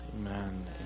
Amen